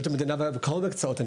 בשירות המדינה ובכל המקצועות.